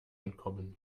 entkommen